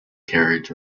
carriage